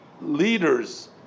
leaders